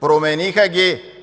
Промениха ги